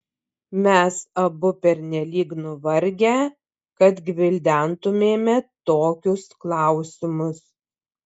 mes abu pernelyg nuvargę kad gvildentumėme tokius klausimus